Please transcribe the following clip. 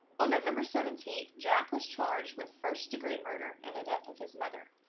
on november seventeen, jack was charged with first degree murder in the death of his mother.